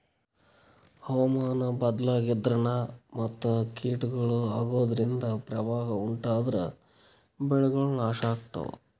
ಹವಾಮಾನ್ ಬದ್ಲಾಗದ್ರಿನ್ದ ಮತ್ ಕೀಟಗಳು ಅಗೋದ್ರಿಂದ ಪ್ರವಾಹ್ ಉಂಟಾದ್ರ ಬೆಳೆಗಳ್ ನಾಶ್ ಆಗ್ತಾವ